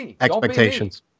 expectations